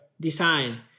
design